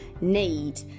need